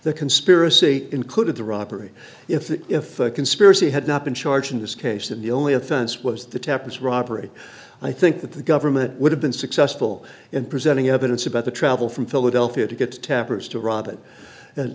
the conspiracy included the robbery if the if the conspiracy had not been charged in this case and the only offense was the tappets robbery i think that the government would have been successful in presenting evidence about the travel from philadelphia to get t